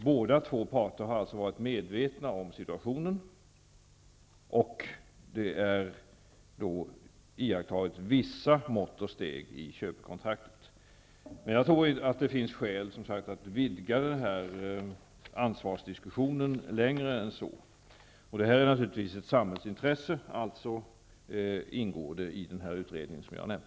Båda parter har alltså varit medvetna om situationen, och det är iakttaget vissa mått och steg i köpekontraktet. Jag tror att det finns skäl att vidga diskussionen om ansvar längre än så. Det här är naturligtvis ett samhällsintresse, dvs. dessa frågor ingår i den utredning jag har nämnt.